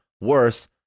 worse